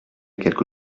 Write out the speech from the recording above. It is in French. quelque